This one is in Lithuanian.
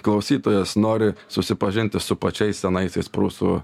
klausytojas nori susipažinti su pačiais senaisiais prūsų